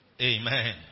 Amen